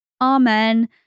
Amen